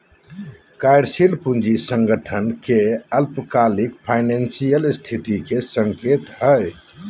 कार्यशील पूंजी संगठन के अल्पकालिक फाइनेंशियल स्थिति के संकेतक हइ